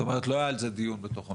זאת אומרת, לא היה על זה דיון בתוך המשרד?